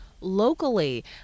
locally